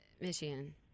Michigan